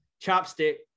chopstick